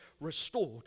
restored